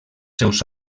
seus